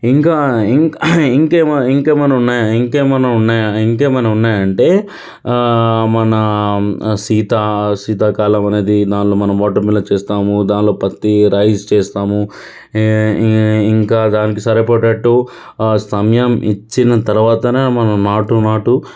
ఇంకా ఇంకా ఏమైనా ఉన్నాయా ఇంకా ఏమైనా ఉన్నాయా ఇంకేమన్నా ఉన్నాయంటే మన సీత సీత కాలం అనేది దాంట్లో మనం వాటర్మిలన్ చేస్తాము దాంట్లో పత్తి రైస్ చేస్తాము ఇంకా దానికి సరిపడేటట్టు సమయం ఇచ్చిన తర్వాత మనం నాటు నాటు